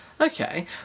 Okay